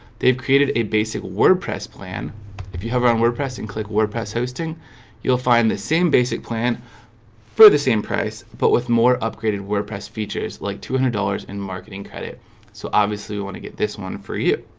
they've created a basic wordpress plan if you hover on wordpress and click wordpress hosting you'll find the same basic plan for the same price, but with more upgraded wordpress features like two hundred dollars in marketing credit so obviously we want to get this one for you